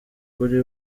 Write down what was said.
kuri